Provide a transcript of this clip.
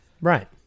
right